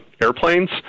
airplanes